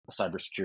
cybersecurity